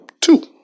two